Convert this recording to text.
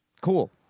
Cool